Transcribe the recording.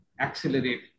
accelerate